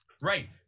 right